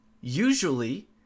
usually